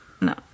no